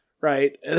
right